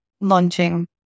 launching